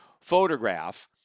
photograph